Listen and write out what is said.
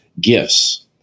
gifts